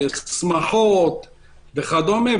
שמחות וכדומה,